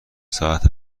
ساعت